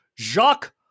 Jacques